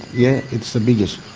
yeah it's the biggest.